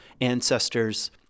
ancestors